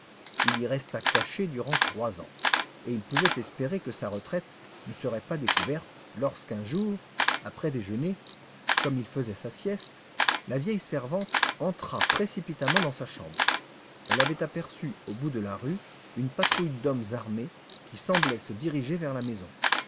il y resta caché durant trois ans et il pouvait espérer que sa retraite ne serait pas découverte lorsque un jour après déjeuner comme il faisait sa sieste la vieille servante entra précipitamment dans sa chambre elle avait aperçu au bout de la rue une patrouille d'hommes armés qui semblait se diriger vers la maison